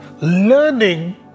learning